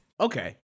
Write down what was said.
Okay